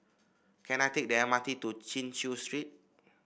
can I take the M R T to Chin Chew Street